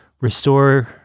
restore